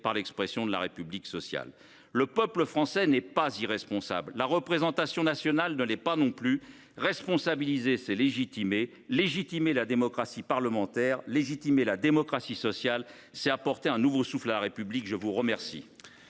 par l’expression de « République sociale ». Le peuple français n’est pas « irresponsable ». La représentation nationale ne l’est pas non plus. Responsabiliser, c’est légitimer. Légitimer la démocratie parlementaire et la démocratie sociale, c’est apporter un nouveau souffle à la République. La parole